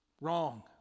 Wrong